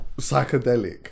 Psychedelic